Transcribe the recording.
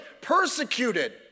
persecuted